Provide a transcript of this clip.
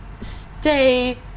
stay